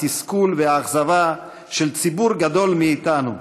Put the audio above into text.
התסכול והאכזבה של ציבור גדול כלפינו,